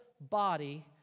body